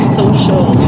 social